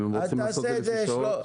אם הם רוצים לעשות את זה לפי שעות.